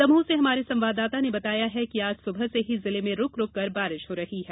दमोह से हमारे संवाददाता ने बताया है कि आज सुबह से ही जिले में रूक रूककर बारिश हो रही है